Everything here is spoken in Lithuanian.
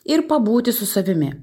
ir pabūti su savimi